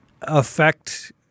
affect